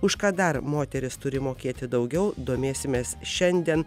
už ką dar moteris turi mokėti daugiau domėsimės šiandien